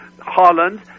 Holland